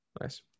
Nice